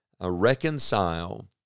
reconcile